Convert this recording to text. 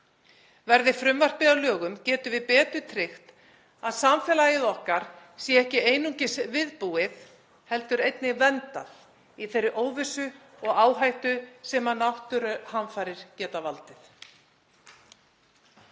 Verði frumvarpið að lögum getum við betur tryggt að samfélagið okkar sé ekki einungis viðbúið heldur einnig verndað í þeirri óvissu og áhættu sem náttúruhamfarir geta valdið.